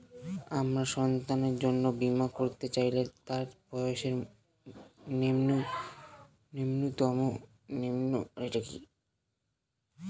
আমার সন্তানের জন্য বীমা করাতে চাইলে তার বয়স ন্যুনতম কত হতেই হবে?